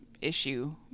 issue